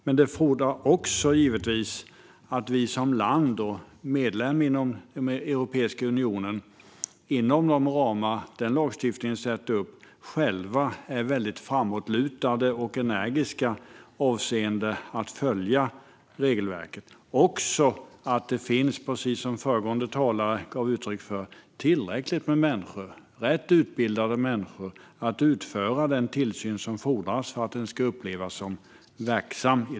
Men det fordrar också att vi som land och medlem i Europeiska unionen inom de ramar och den lagstiftning vi sätter upp själva är väldigt framåtriktade och energiska avseende att följa regelverket, liksom att det, precis som föregående talare gav uttryck för, finns tillräckligt med rätt utbildade människor som kan utföra den tillsyn som fordras.